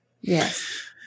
Yes